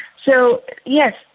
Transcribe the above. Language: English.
so yes,